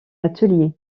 atelier